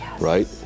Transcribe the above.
right